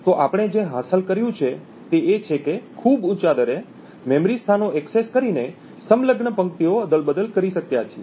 તો આપણે જે હાંસલ કર્યું તે એ છે કે ખૂબ ઊંચા દરે મેમરી સ્થાનો એક્સેસ કરીને સંલગ્ન પંક્તિઓ અદલ બદલ કરી શક્યા છીએ